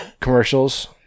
commercials